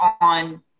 on